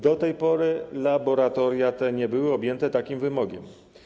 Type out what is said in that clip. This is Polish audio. Do tej pory laboratoria te nie były objęte takim wymogiem.